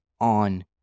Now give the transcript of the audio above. on